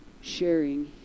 sharing